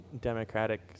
democratic